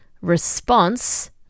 response